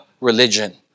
religion